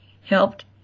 helped